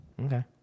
Okay